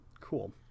Cool